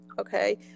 Okay